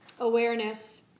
awareness